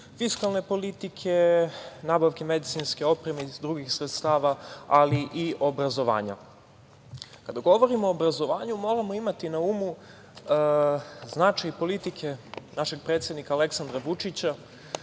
fiskalne politike, nabavke medicinske opreme iz drugih sredstava, ali i obrazovanja. Kada govorimo o obrazovanju moramo imati na umu značaj politike našeg predsednika Aleksandra Vučića